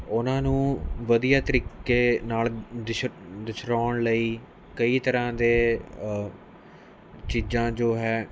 ਉਹਨਾਂ ਨੂੰ ਵਧੀਆ ਤਰੀਕੇ ਨਾਲ ਦਸ਼ ਦਰਸਾਉਣ ਲਈ ਕਈ ਤਰ੍ਹਾਂ ਦੇ ਚੀਜ਼ਾਂ ਜੋ ਹੈ